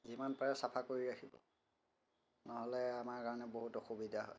যিমান পাৰে চাফা কৰি ৰাখিব নহ'লে আমাৰ কাৰণে বহুত অসুবিধা হয়